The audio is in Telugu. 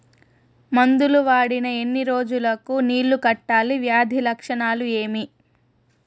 మందులు వాడిన ఎన్ని రోజులు కు నీళ్ళు కట్టాలి, వ్యాధి లక్షణాలు ఏమి?